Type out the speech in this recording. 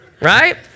right